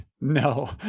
no